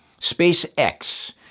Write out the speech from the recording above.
SpaceX